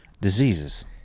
diseases